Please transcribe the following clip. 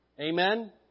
Amen